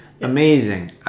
Amazing